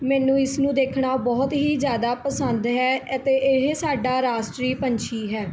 ਮੈਨੂੰ ਇਸਨੂੰ ਦੇਖਣਾ ਬਹੁਤ ਹੀ ਜ਼ਿਆਦਾ ਪਸੰਦ ਹੈ ਅਤੇ ਇਹ ਸਾਡਾ ਰਾਸ਼ਟਰੀ ਪੰਛੀ ਹੈ